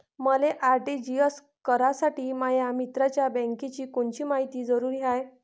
मले आर.टी.जी.एस करासाठी माया मित्राच्या बँकेची कोनची मायती जरुरी हाय?